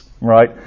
right